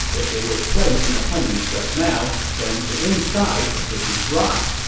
if they were placed in the honey just now, then the inside should be dry.